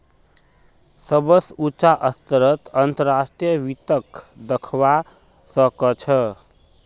सबस उचा स्तरत अंतर्राष्ट्रीय वित्तक दखवा स ख छ